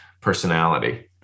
personality